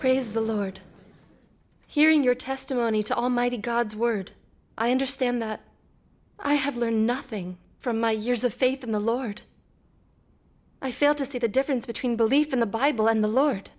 praise the lord hearing your testimony to almighty god's word i understand that i have learned nothing from my years of faith in the lord i fail to see the difference between belief in the bible and the lord